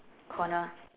corner